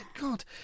God